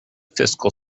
fiscal